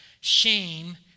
Shame